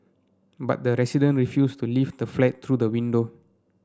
but the resident refused to leave the flat through the window